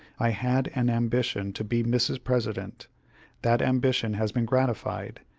i had an ambition to be mrs. president that ambition has been gratified,